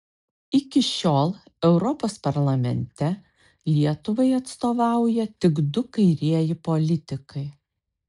iki šiol europos parlamente lietuvai atstovauja tik du kairieji politikai